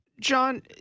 John